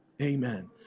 Amen